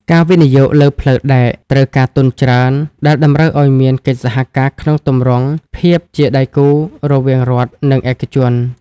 ការវិនិយោគលើផ្លូវដែកត្រូវការទុនច្រើន ដែលតម្រូវឱ្យមានកិច្ចសហការក្នុងទម្រង់ភាពជាដៃគូរវាងរដ្ឋ និងឯកជន។